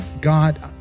God